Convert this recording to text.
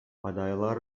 adaylar